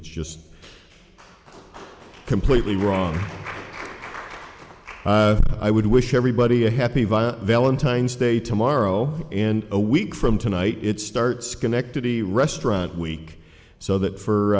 it's just completely wrong i would wish everybody a happy via valentine's day tomorrow and a week from tonight it's start schenectady restaurant week so that for